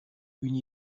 une